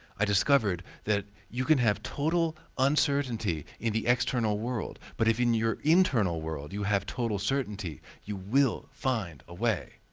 i discovered that you can have total uncertainty in the external world, but if you're in your internal world, you have total certainty, you will find a way.